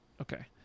Okay